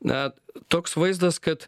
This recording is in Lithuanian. net toks vaizdas kad